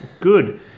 Good